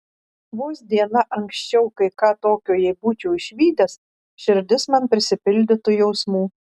vos diena anksčiau kai ką tokio jei būčiau išvydęs širdis man prisipildytų jausmų